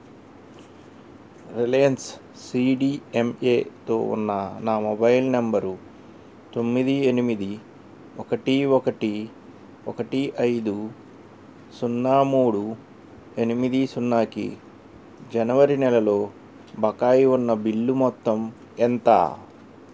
Reliance సీ డీ ఎమ్ ఏతో ఉన్న నా మొబైల్ నెంబరు తొమ్మిది ఎనిమిది ఒకటి ఒకటి ఒకటి ఐదు సున్నా మూడు ఎనిమిది సున్నాకి జనవరి నెలలో బకాయి ఉన్న బిల్లు మొత్తం ఎంత